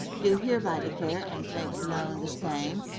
do hereby declare and make known the same,